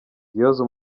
gihozo